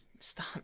Stop